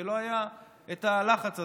ולא היה את הלחץ הזה.